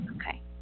Okay